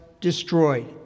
destroyed